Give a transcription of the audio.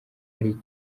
ari